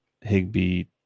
Higby